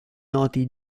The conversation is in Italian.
noti